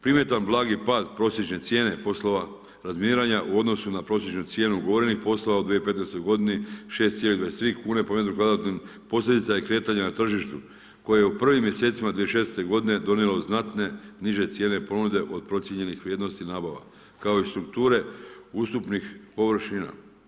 Primjetan blag pad prosječne cijene poslova razminiranja u odnosu na prosječnu cijenu ugovorenih poslova u 2015. godini, 6,23 kune po metru kvadratnom, posljedica je kretanja na tržištu koje je u prvim mjesecima 2016. godine donijelo znatne niže cijene ponude od procijenjenih vrijednosti nabava kao i strukture ustupnih površina.